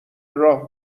راه